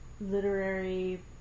literary